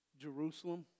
Jerusalem